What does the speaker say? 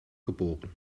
geboren